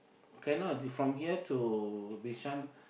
cannot if from here to Bishan